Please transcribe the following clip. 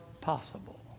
possible